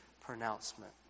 pronouncement